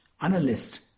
analyst